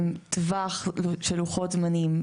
טווח של לוחות זמנים,